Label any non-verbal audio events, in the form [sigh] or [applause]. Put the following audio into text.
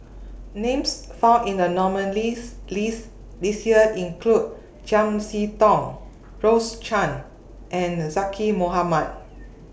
Names found in The nominees' list This Year include [noise] Chiam See Tong Rose Chan and Zaqy Mohamad